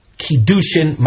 Kiddushin